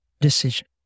decision